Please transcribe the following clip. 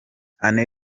anne